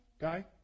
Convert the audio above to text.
guy